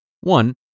One